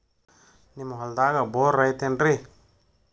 ನಿಮ್ಮ ಹೊಲ್ದಾಗ ಬೋರ್ ಐತೇನ್ರಿ?